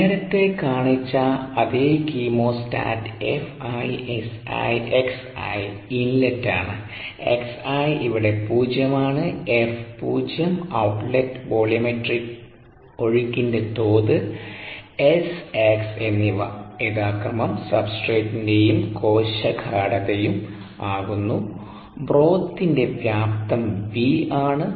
നേരത്തെ കാണിച്ച അതേകീമോസ്റ്റാറ്റ് Fi Si xi ഇൻലെറ്റ് ആണ് xi ഇവിടെ പൂജ്യമാണ് F0 ഔട്ട്ലെറ്റ് വോള്യൂമെട്രിക് ഒഴുക്കിൻറെ തോത് S x എന്നിവ യഥാക്രമം സബ്സ്ട്രേറ്റിന്റെയും കോശഗാഢതയും ആകുന്നു ബ്രോത്തിന്റെ വ്യാപ്തം V ആണ്